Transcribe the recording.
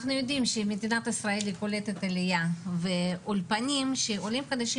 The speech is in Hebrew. אנחנו יודעים שמדינת ישראל קולטת עליה ואולפנים שעולים חדשים